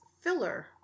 filler